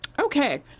okay